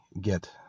get